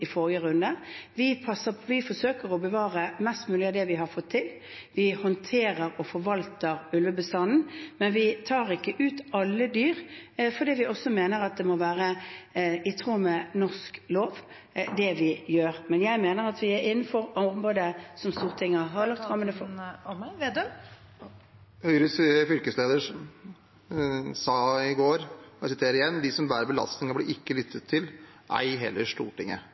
Vi forsøker å bevare mest mulig av det vi har fått til. Vi håndterer og forvalter ulvebestanden, men vi tar ikke ut alle dyr, fordi vi også mener at det vi gjør, må være i tråd med norsk lov, men jeg mener at vi er innenfor området som Stortinget har lagt rammene for. Det blir oppfølgingsspørsmål – først Trygve Slagsvold Vedum. Høyres fylkesleder Anders Kjær sa i går at de som bærer belastningen, ikke blir lyttet til, ei heller i Stortinget.